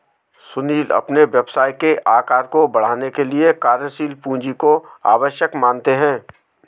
सुनील अपने व्यवसाय के आकार को बढ़ाने के लिए कार्यशील पूंजी को आवश्यक मानते हैं